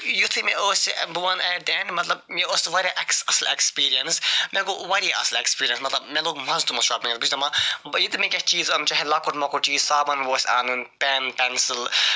یُتھُے مےٚ ٲسۍ یہِ بہٕ وَنہٕ ایٹ دَ اینڈ مَطلَب مےٚ ٲس واریاہ اصٕل ایٚکسپیٖریَنس مےٚ گوٚو واریاہ اصٕل ایٚکسپیٖریَنس مَطلَب مےٚ لوٚگ مَزٕ تِمو شاپِنٛگ یہِ تہِ مےٚ کینٛہہ چیٖز اَنُن چھُ چاہے لۄکُٹ مۄکُٹ چیٖز صابن اوس انُن پٮ۪ن پٮ۪نسِل